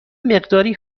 مقداری